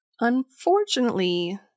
Unfortunately